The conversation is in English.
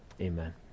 Amen